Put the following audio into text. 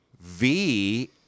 V-